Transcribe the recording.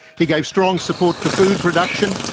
he gave strong support to food production,